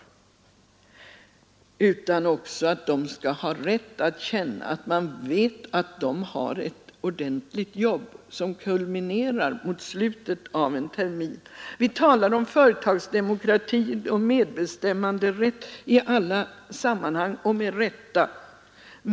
De skall också ha rätt att känna, att man vet att de har ett ordentligt jobb som kulminerar mot slutet av en termin. Vi talar om företagsdemokrati och medbestämmanderätt i alla sammanhang, och med rätta.